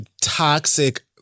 toxic